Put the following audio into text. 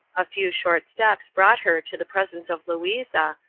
a few short steps brought her to the presence of louisa,